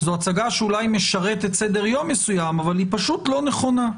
זו הצגה שאולי משרתת סדר יום מסוים אבל היא פשוט לא נכונה.